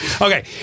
Okay